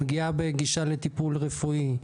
פגיעה בגישה לטיפול רפואי,